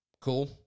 cool